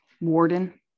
Warden